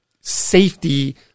safety